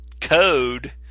code